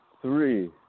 three